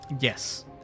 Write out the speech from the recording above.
Yes